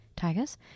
tigers